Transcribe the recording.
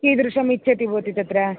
कीदृशम् इच्छति भवती तत्र